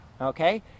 Okay